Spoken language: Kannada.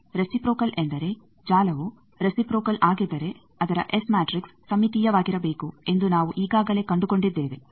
ರೆಸಿಪ್ರೋಕಲ್ ಎಂದರೆ ಜಾಲವು ರೆಸಿಪ್ರೋಕಲ್ ಆಗಿದ್ದರೆ ಅದರ ಎಸ್ ಮ್ಯಾಟ್ರಿಕ್ಸ್ ಸಮ್ಮಿತೀಯವಾಗಿರಬೇಕು ಎಂದು ನಾವು ಈಗಾಗಲೇ ಕಂಡುಕೊಂಡಿದ್ದೇವೆ